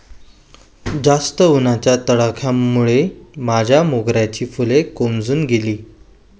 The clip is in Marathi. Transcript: जास्त उन्हाच्या तडाख्यामुळे माझ्या मोगऱ्याची फुलं कोमेजून गेली